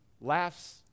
laughs